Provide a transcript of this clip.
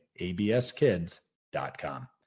abskids.com